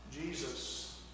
Jesus